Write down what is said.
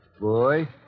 boy